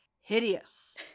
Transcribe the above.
Hideous